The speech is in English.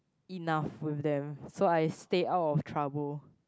enough for them so I stay out of trouble